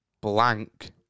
blank